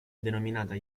denominata